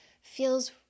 feels